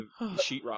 sheetrock